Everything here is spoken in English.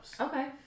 Okay